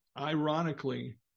ironically